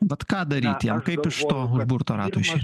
vat ką daryt jam kaip iš to užburto rato išeit